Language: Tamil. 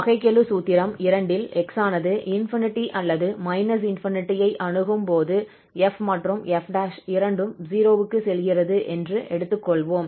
வகைக்கெழு சூத்திரம் 2 ல் x ஆனது ∞ அல்லது −∞ ஐ அணுகும்போது 𝑓 மற்றும் 𝑓 ′ இரண்டும் 0 க்குச் செல்கிறது என்று எடுத்துக் கொள்வோம்